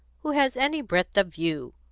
who has any breadth of view.